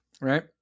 right